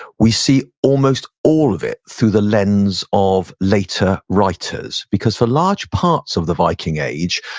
we see almost all of it through the lens of later writers because, for large parts of the viking age,